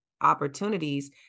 opportunities